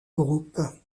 groupe